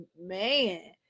man